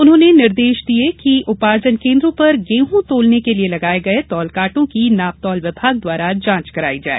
उन्होंने निर्देश दिए कि उपार्जन केन्द्रों पर गेहूं तोलने के लिए लगाए गए तौल कांटो की नापतौल विमाग द्वारा जांच कराई जाए